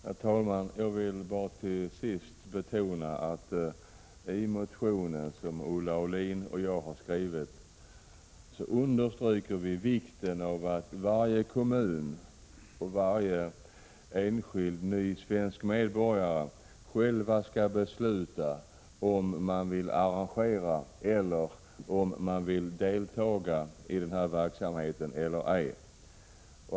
Herr talman! Till sist vill jag bara betona att Olle Aulin och jag i den motion vi har skrivit understryker vikten av att varje kommun och varje enskild ny svensk medborgare själva skall besluta, om de vill arrangera resp. delta i den här verksamheten eller ej.